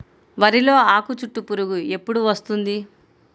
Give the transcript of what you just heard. వరిలో ఆకుచుట్టు పురుగు ఎప్పుడు వస్తుంది?